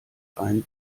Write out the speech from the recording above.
ein